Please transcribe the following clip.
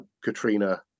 Katrina